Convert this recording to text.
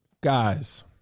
Guys